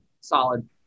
Solid